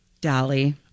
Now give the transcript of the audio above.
Dolly